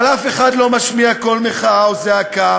אבל אף אחד לא משמיע קול מחאה או זעקה.